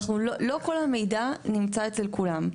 לא כל המידע נמצא אצל כולם.